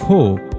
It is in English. Hope